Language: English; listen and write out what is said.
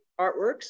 artworks